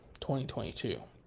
2022